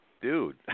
dude